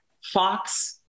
Fox